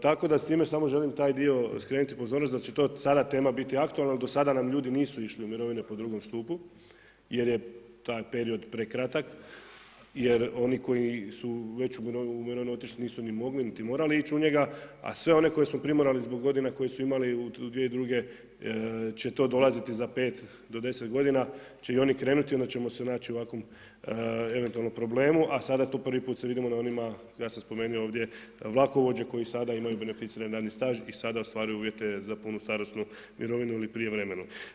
Tako da s time samo želim taj dio skrenuti pozornost da će to sada tema biti aktualna, do sada nam ljudi nisu išli u mirovine po drugom stupu jer je taj period prekratak jer oni koji su već u mirovinu otišli nisu ni mogli niti morali ići u njega, a sve one koje su primorali zbog godina koje su imali 2002. će to dolaziti za 5 do 10 godina će i oni krenuti i onda ćemo se naći u ovakvom eventualnom problemu, a sada tu prvi put se vidimo na onima, ja sam spomenuo ovdje vlakovođe koji sada imaju beneficirani radni staž i sada ostvaruju uvjete za punu starosnu mirovinu ili prijevremenu.